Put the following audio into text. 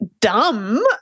dumb